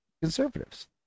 Conservatives